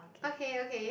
okay okay